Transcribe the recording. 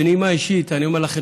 בנימה אישית אני אומר לכם,